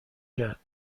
کرد